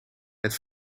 het